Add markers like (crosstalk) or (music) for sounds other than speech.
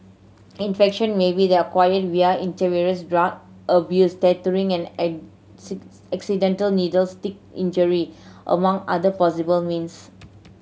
infection may be acquired via intravenous drug abuse tattooing and (unintelligible) accidental needle stick injury among other possible means